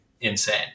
insane